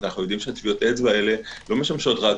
אנו יודעים שטביעות האצבע האלה לא משמשות רק